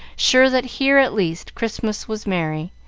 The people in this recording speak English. sure that here, at least, christmas was merry.